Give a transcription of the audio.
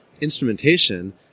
instrumentation